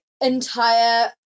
entire